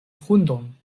hundon